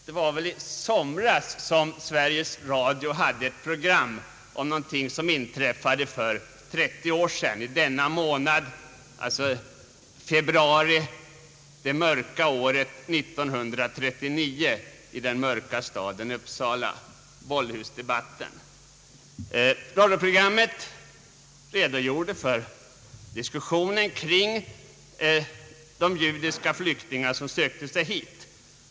Det var väl i somras som Sveriges Radio hade ett program om något som inträffade för 30 år sedan — i februari månad det mörka året 1939 i den mörka staden Uppsala: Bollhusdebatten. Radioprogrammet redogjorde för diskussionen kring de judiska flyktingar som sökte sig hit.